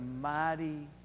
mighty